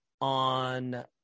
on